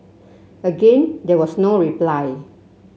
again there was no reply